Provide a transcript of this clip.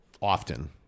often